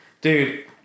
Dude